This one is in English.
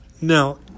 Now